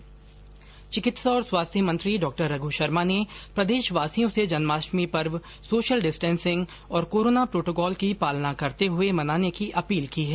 चिंकित्सा और स्वास्थ्य मंत्री डॉ रघु शर्मा ने प्रदेशवासियों से जन्माष्टमी पर्व सोशल डिस्टेंसिंग और कोरोना प्रोटोकॉल की पालना करते हुए मनाने की अपील की है